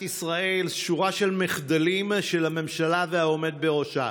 ישראל שורה של מחדלים של הממשלה והעומד בראשה: